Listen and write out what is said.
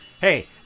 Hey